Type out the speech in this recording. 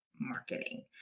marketing